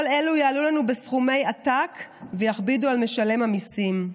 כל אלה יעלו לנו סכומי עתק ויכבידו על משלם המיסים.